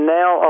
now